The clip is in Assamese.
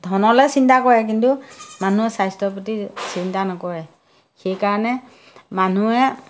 ধনলৈ চিন্তা কৰে কিন্তু মানুহে স্বাস্থ্যৰ প্ৰতি চিন্তা নকৰে সেইকাৰণে মানুহে